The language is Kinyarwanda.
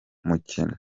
mukino